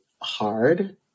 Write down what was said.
hard